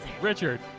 Richard